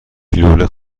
لوله